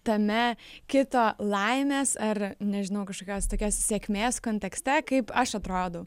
tame kito laimės ar nežinau kažkokios tokios sėkmės kontekste kaip aš atrodau